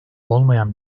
olmayan